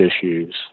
issues